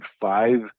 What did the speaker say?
five